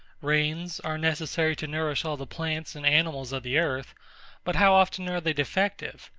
rains are necessary to nourish all the plants and animals of the earth but how often are they defective?